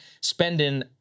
spending